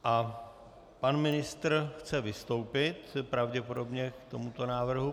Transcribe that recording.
A pan ministr chce vystoupit pravděpodobně k tomuto návrhu.